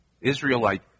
Israelite